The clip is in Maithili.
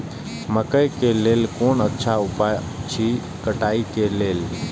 मकैय के लेल कोन अच्छा उपाय अछि कटाई के लेल?